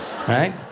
Right